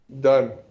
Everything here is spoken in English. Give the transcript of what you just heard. Done